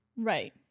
Right